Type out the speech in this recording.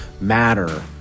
matter